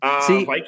See